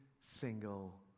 single